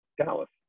Dallas